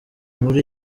muri